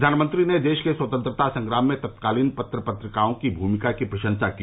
प्रधानमंत्री ने देश के स्वतंत्रता संग्राम में तत्कालीन पत्र पत्रिकाओं की भूमिका की प्रशंसा की